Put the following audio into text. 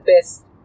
best